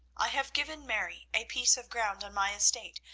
i have given mary a piece of ground on my estate,